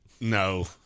No